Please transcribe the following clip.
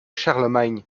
charlemagne